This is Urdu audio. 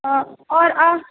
ہاں اور اور